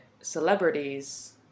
celebrities